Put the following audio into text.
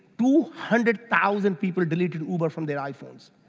two hundred thousand people deleted uber from their iphones.